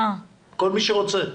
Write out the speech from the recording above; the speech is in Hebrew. כל מי שרוצה.